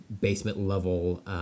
basement-level